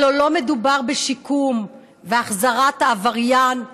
הלוא לא מדובר בשיקום ובהחזרת העבריין לחברה,